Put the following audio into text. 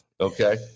Okay